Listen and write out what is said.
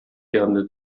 gerne